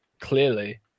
clearly